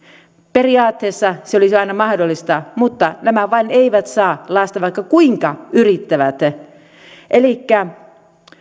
periaatteessa se olisi aina mahdollista mutta nämä vain eivät saa lasta vaikka kuinka yrittävät elikkä